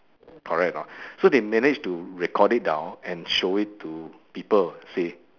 correct or not so they managed to record it down and show it to people see